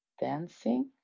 dancing